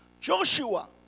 Joshua